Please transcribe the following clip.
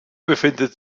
befindet